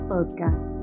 Podcast